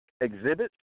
Exhibit